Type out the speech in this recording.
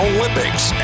Olympics